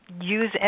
use